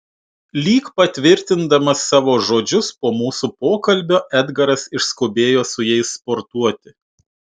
lyg patvirtindamas savo žodžius po mūsų pokalbio edgaras išskubėjo su jais sportuoti